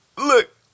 look